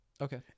Okay